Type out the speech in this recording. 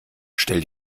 stell